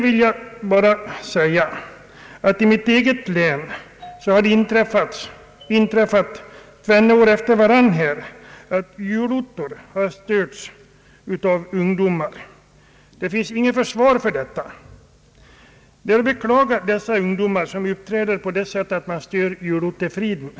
I mitt eget län har det inträffat två år efter varandra att julottor störts av ungdomar. Det finns inget försvar för detta. Jag beklagar de ungdomar som uppträder så att de stör julottefriden.